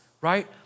right